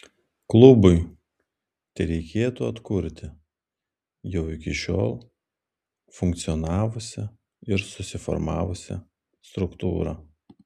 klubui tereikėtų atkurti jau iki šiol funkcionavusią ir susiformavusią struktūrą